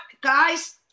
guys